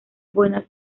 buenas